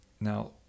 Now